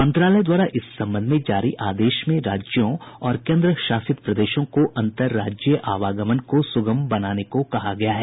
मंत्रालय द्वारा इस संबंध में जारी आदेश में राज्यों और केंद्र शासित प्रदेशों को अंतर राज्यीय आवागमन को सुगम बनाने को कहा गया है